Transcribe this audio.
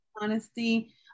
honesty